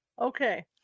Okay